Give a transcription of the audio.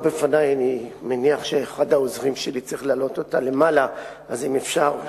2010): תיקון זה מחייב ניהול פרוטוקול מלא של הדיונים ומסירתו